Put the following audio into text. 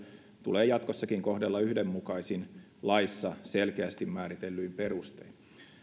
tulee jatkossakin kohdella yhdenmukaisin laissa selkeästi määritellyin perustein